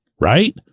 Right